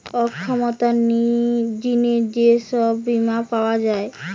অক্ষমতার জিনে যে সব বীমা পাওয়া যায়